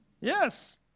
Yes